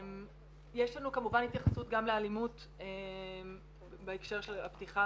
יש לנו כמובן גם התייחסות לאלימות בהקשר של הפתיחה